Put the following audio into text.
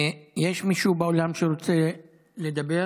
יש מישהו באולם שרוצה לדבר